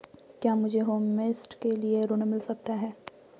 क्या मुझे होमस्टे के लिए ऋण मिल सकता है?